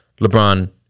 LeBron